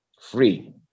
free